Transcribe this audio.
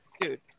Dude